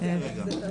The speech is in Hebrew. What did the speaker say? בוקר טוב,